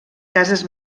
cases